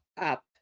up